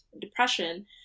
depression